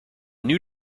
new